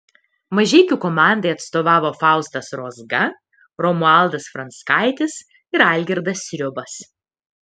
mažeikių komandai atstovavo faustas rozga romualdas franckaitis ir algirdas sriubas